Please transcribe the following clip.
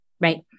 right